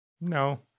No